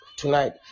Tonight